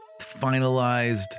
finalized